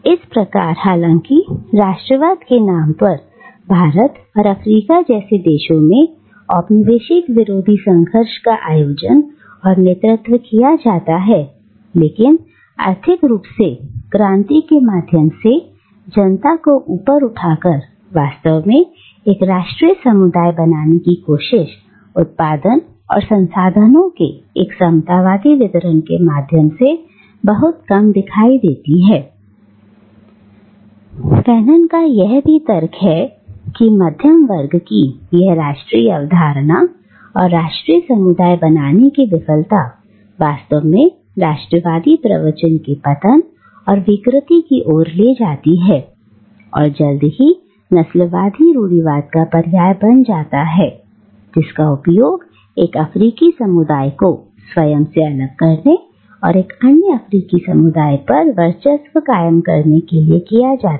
इस प्रकार हालांकि राष्ट्रवाद के नाम पर भारत और अफ्रीका जैसे स्थानों में औपनिवेशिक विरोधी संघर्ष का आयोजन और नेतृत्व किया जाता है लेकिन आर्थिक रूप से क्रांति के माध्यम से जनता को ऊपर उठा कर वास्तव में एक राष्ट्रीय समुदाय बनाने की कोशिश उत्पादन और संसाधनों के एक समतावादी वितरण के माध्यम से बहुत कम दिखाई देती है फैनोन का यह भी तर्क है कि मध्यमवर्ग कि यह राष्ट्रीय अर्थव्यवस्था और राष्ट्रीय समुदाय बनाने की विफलता वास्तव में राष्ट्रवादी प्रवचन के पतन और विकृति की ओर ले जाती है जो जल्दी ही नस्लवादी रूढ़िवाद का पर्याय बन जाता है जिसका उपयोग एक अफ्रीकी समुदाय को स्वयं से अलग करने और एक अन्य अफ्रीकी समुदाय पर वर्चस्व कायम करने के लिए किया जाता है